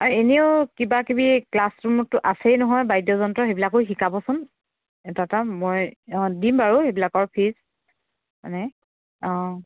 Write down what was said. আৰু এনেও কিবা কিবি ক্লাছৰুমততো আছেই নহয় বাদ্যযন্ত্ৰ সেইবিলাকো শিকাবচোন এটা এটা মই অঁ দিম বাৰু এইবিলাকৰ ফিজ মানে অঁ